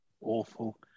awful